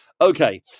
Okay